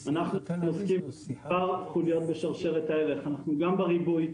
אנחנו עוסקים במספר חוליות בשרשרת הערך אנחנו גם בריבוי],